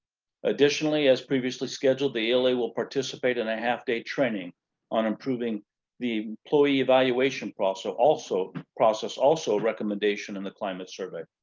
additionally as previously scheduled the ala will participate in a half-day training on improving the employee evaluation process also process also recommendation in the climate survey.